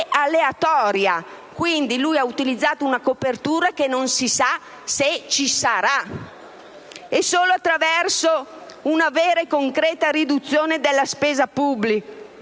e aleatoria: ha utilizzato una copertura che non si sa se ci sarà. Solo attraverso una vera e concreta riduzione della spesa pubblica,